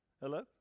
Hello